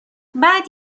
بعد